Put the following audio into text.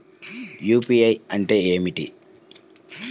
UPI అంటే ఏమిటీ?